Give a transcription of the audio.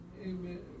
Amen